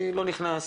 אני לא נכנס,